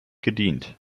gedient